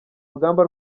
rugamba